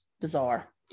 bizarre